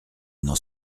n’en